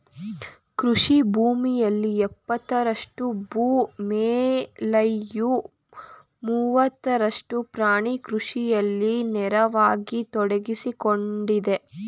ಕೃಷಿ ಭೂಮಿಯಲ್ಲಿ ಎಪ್ಪತ್ತರಷ್ಟು ಭೂ ಮೇಲ್ಮೈಯ ಮೂವತ್ತರಷ್ಟು ಪ್ರಾಣಿ ಕೃಷಿಯಲ್ಲಿ ನೇರವಾಗಿ ತೊಡಗ್ಸಿಕೊಂಡಿದೆ